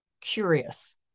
curious